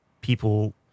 people